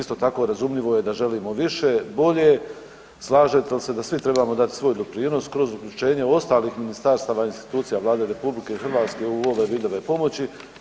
Isto tako, razumljivo je da želimo više, bolje, slažete li se da svi trebamo dati svoj doprinos kroz uključenje ostalih ministarstava i institucija Vlade RH u ove vidove pomoći?